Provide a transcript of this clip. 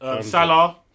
Salah